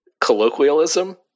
colloquialism